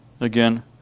again